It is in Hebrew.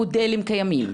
מודלים קיימים.